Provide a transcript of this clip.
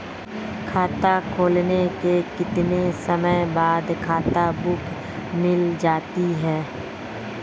खाता खुलने के कितने समय बाद खाता बुक मिल जाती है?